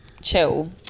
chill